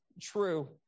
true